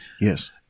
Yes